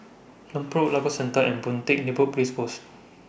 Lompang Road Lagos Circle and Boon Teck Neighbour Police Post